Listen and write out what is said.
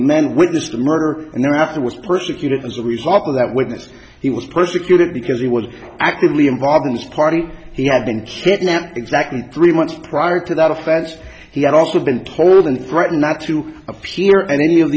the men witnessed the murder and thereafter was persecuted as a result of that witness he was persecuted because he was actively involved in the party he had been kidnapped exactly three months prior to that offense he had also been told and threatened not to appear at any of